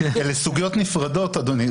אלה סוגיות נפרדות, אדוני.